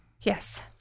yes